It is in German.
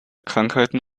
krankheiten